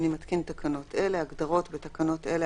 אני מתקין תקנות אלה: הגדרות בתקנות אלה,